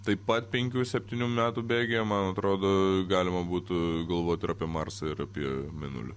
taip pat penkių septynių metų bėgyje man atrodo galima būtų galvot ir apie marsą ir apie mėnulį